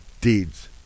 deeds